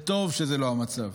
וטוב שזה לא המצב.